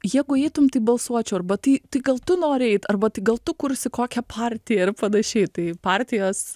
jeigu eitum tai balsuočiau arba tai tai gal tu nori eit arba tai gal tu kursi kokią partiją ir panašiai tai partijos